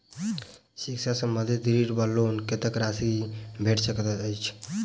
शिक्षा संबंधित ऋण वा लोन कत्तेक राशि भेट सकैत अछि?